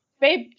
Babe